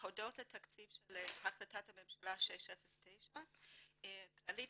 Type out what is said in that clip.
הודות לתקציב של החלטת הממשלה 609. כללית